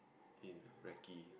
in Recky